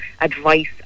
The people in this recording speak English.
advice